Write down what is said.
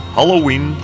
Halloween